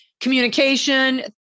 communication